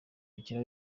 bakiriya